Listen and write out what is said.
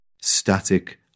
static